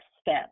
step